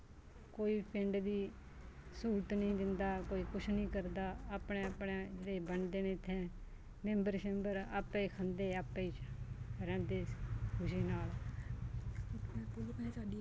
कोई पिंड दी स्हूलत निं दिंदा कोई कुछ निं करदा अपनै अपनै जेह्ड़े बनदे न इत्थैं मैम्बर शैम्बर आप्पै खंदे आप्पै रैंह्दे खुशी नाल